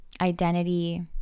identity